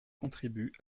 contribuent